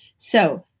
so,